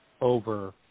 over